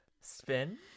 spin